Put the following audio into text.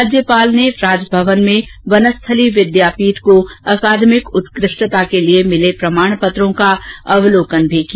राज्यपाल ने राजभवन में वनस्थली विद्यापीठ को अकादमिक उत्क ष्टता के लिए मिले प्रमाण पत्रों का अवलोकन भी किया